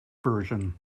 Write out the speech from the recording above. version